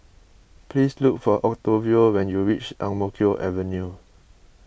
please look for Octavio when you reach Ang Mo Kio Avenue